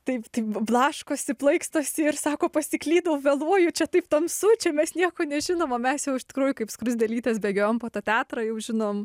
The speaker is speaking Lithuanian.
taip blaškosi plaikstosi ir sako pasiklydau vėluoju čia taip tamsu čia mes nieko nežinom o mes jau iš tikrųjų kaip skruzdėlytės bėgiojom po tą teatrą jau žinom